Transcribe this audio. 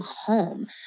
home